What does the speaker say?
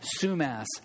Sumas